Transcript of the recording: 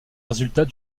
résultat